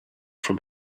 from